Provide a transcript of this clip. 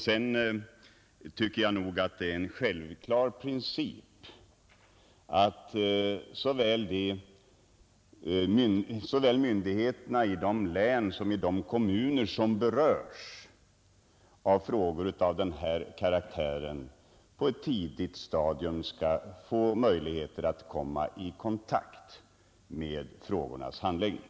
Jag tycker nog också att det är en självklar princip att myndigheterna såväl i de län som i de kommuner som berörs av frågor av den här karaktären på ett tidigt stadium skall få möjligheter att komma i kontakt med frågornas handläggning.